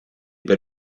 per